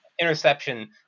interception